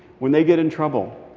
when they get in trouble,